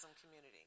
community